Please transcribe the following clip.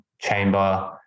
chamber